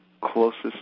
closest